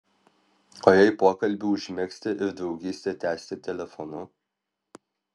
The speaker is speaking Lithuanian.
o jei pokalbį užmegzti ir draugystę tęsti telefonu